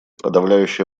подавляющее